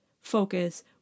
focus